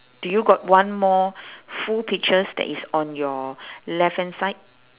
do you got one more full peaches that is on your left hand side